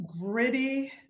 gritty